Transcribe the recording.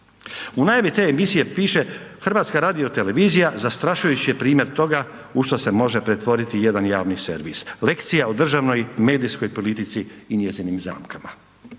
U najavi te emisije piše HRT zastrašujući je primjer toga u što se može pretvoriti jedan javni servis. Lekcija o državnoj medijskoj politici i njezinim zamkama,